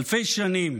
אלפי שנים